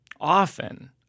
often